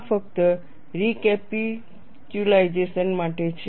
આ ફક્ત રીકેપીચ્યુલાઈઝેશન માટે છે